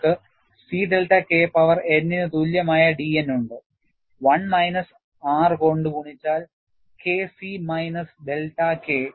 നിങ്ങൾക്ക് C delta K power n ന് തുല്യമായ dN ഉണ്ട് 1 മൈനസ് R കൊണ്ട് ഗുണിച്ചാൽ K C minus delta K